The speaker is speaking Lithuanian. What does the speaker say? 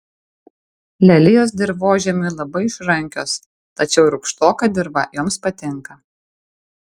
lelijos dirvožemiui labai išrankios tačiau rūgštoka dirva joms patinka